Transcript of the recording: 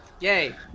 yay